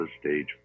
stage